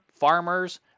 Farmers